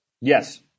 Yes